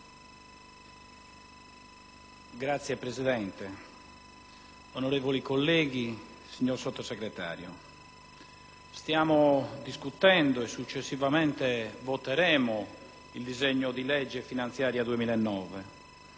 Signor Presidente, onorevoli colleghi, signor Sottosegretario, stiamo discutendo e successivamente voteremo il disegno di legge finanziaria 2009,